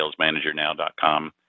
salesmanagernow.com